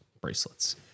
bracelets